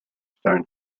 stone